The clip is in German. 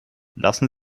lassen